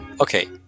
Okay